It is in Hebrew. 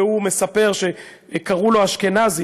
והוא מספר שקראו לו אשכנזי,